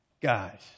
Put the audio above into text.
Guys